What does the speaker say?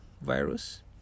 virus